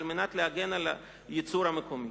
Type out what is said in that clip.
על מנת להגן על הייצור המקומי.